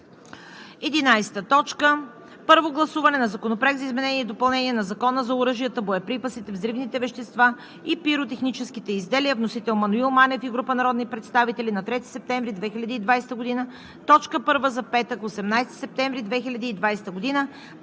11. Първо гласуване на Законопроекта за изменение и допълнение на Закона за оръжията, боеприпасите, взривните вещества и пиротехническите изделия. Вносител – Маноил Манев и група народни представители на 3 септември 2020 г. – точка първа за петък, 18 септември 2020 г.